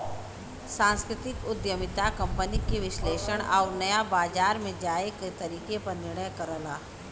सांस्कृतिक उद्यमिता कंपनी के विश्लेषण आउर नया बाजार में जाये क तरीके पर निर्णय करला